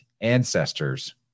ancestors